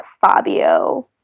Fabio